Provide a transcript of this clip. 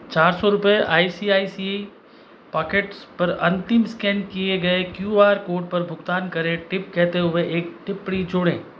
चार सौ रुपये I C I C pockets अंतिम स्कैन किए गए क्यू आर पर भुगतान करें टिप कहते हुए एक टिप्पणी जोड़ें